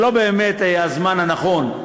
זה לא באמת הזמן הנכון.